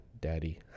daddy